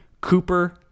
Cooper